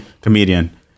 comedian